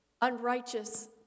unrighteous